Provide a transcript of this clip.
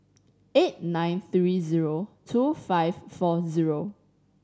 eight nine three zero two five four zero